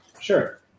Sure